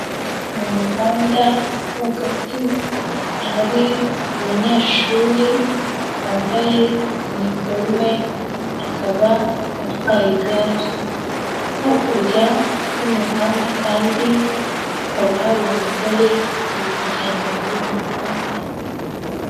Mu muhanda rwagati, hari umunyeshuri wambaye iniforume akaba atwaye igare, hakurya y'umuhanda kandi hakaba hari umugore uri kugenda muri uwo muhanda.